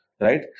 right